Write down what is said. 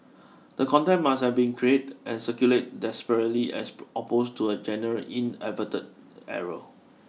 the content must have been create and circulate desperately as opposed to a general inadvertent error